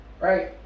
Right